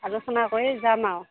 আলোচনা কৰি যাম আৰু